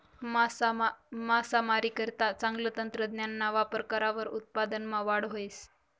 मासामारीकरता चांगलं तंत्रज्ञानना वापर करावर उत्पादनमा वाढ व्हस